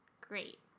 Great